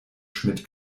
schmidt